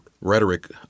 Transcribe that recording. rhetoric